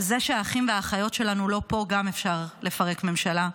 על זה שהאחים והאחיות שלנו לא פה גם אפשר לפרק ממשלה.